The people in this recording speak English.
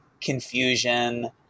confusion